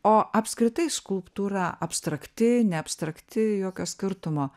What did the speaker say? o apskritai skulptūra abstrakti neabstrakti jokio skirtumo